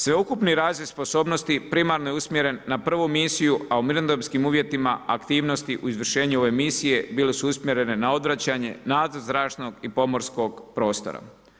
Sveukupni razvoj sposobnosti primarno je usmjeren na prvu misiju, a u mirnodopskim uvjetima aktivnosti u izvršenju ove misije bile su usmjerene na odvraćanje, nadzor zračnog i pomorskog prostora.